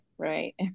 Right